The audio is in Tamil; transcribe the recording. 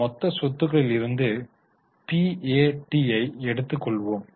எனவே மொத்த சொத்துக்களில் இருந்து PAT ஐ எடுத்துக் கொள்ளவோம்